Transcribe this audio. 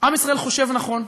עם ישראל חושב נכון,